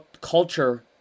Culture